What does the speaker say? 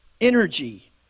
energy